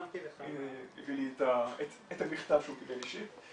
שמתי לך --- הוא הביא לי את המכתב שהוא קיבל אישית.